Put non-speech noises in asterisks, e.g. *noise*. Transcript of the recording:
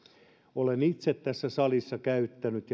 olen itse tässä salissa käyttänyt *unintelligible*